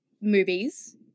movies